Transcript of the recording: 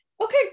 okay